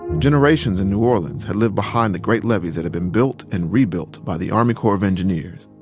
generations in new orleans had lived behind the great levees that had been built and rebuilt by the army corps of engineers.